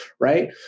Right